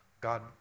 God